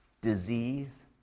disease